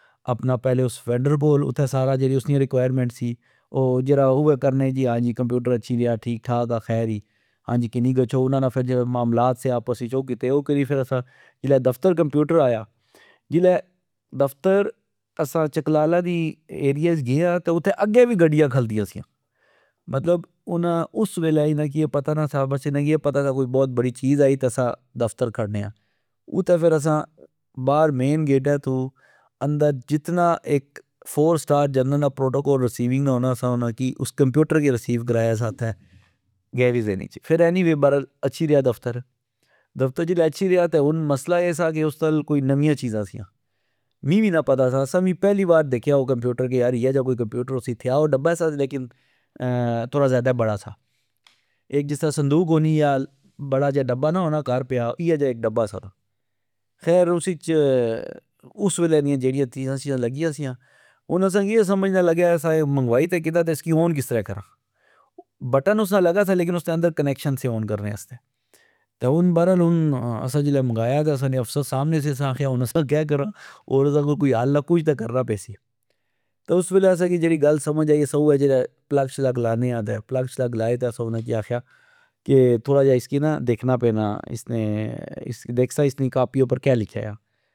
اپنا پہلے اس فیڈرل بول اتھہ سارا جیڑی اسنی ریقوائر مینٹ سی او جیڑا اوئے کرنے جی آنجی کمپیوٹر اچھی گیا ٹھیک ٹھاک آ خیر ای ،خانجی کنی گچھو انا نے جیڑے معملات سے آپس اچ او کیتے اوکری فر اسا جلہ دفتر کمپیوٹر آیا جلہ دفتر اسا چکلالہ نی ایریےاچ گئے آ اتھہ اگے وی گڈیا کھلتیا سیا مطلب انا اس ویلہ انا کی اے پتا نے سا بس انا کی اے پتا سا کوئی بوت بڑی چیز آئی اسا دفتر کھڑنے آ اتھہ فر اسا بار مین گیڈہ تو اندر جتنا اک فور سٹار جرنل نا پروٹو کول رسیونگ نا ہونا اسا انا کی اس کمپیوٹر کی رسیو کرایا سا اتھہ، گیریزن اچ۔ فر اینی وےاچھی ریا دفتر ،دفتر جسلہ اچھی ریا تہ مسئلہ اے سا کہ اس نال کوئی نویا چیزاں سیا می وی نا پتا سا۔ اسا وی پہلی وار دیکھیا کہ اییہ جا یار کمپیوٹر ہوسی تھیا او ڈبا سا لیکن تھوڑا ذئدہ بڑا سا اک جسلہ صندوق ہونی ،بڑا جیڑا ڈبہ نا ہونا کر پیا ،اییہ جا ڈبہ سا خیر اس وچ اس ویلہ نیا جیڑیا چیزا سیا لگیا سیا ۔ہن اسا کی اے سمج نالگہ اسا اے منگوائی تہ کندا اسی اون کسرہ کراں۔ بٹن اسنا لگا سا لیکن اسنا اندر کنیکشن سی اون کرن آستہ ۔تہ ہن برل ہن اسا جسلہ منگایا تہ اسا نے افسر سامنے سی اسا آکھیا کہ ہن اسا کہ کرا ہن اسا کول کوئی ہل نا کج تہ کرنا پیسی تہ اس ویلہ جیڑی اسا کی گل سمج آئی اسا اوے جیڑا پلگ شلگ لانے آ تہ پلگ شلگ لائی تہ اسا انا کی آکھیا ،تہ تھوڑا جا اسکی نا دیکھنا پینا ،دیکھسا اسنی کاپی اپر کہ لکھیا آ